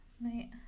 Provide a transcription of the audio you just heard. night